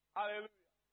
Hallelujah